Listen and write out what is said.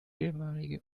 ehemalige